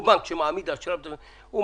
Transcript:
או בנק שמעמיד אשראי ומלווה,